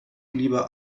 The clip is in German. lieber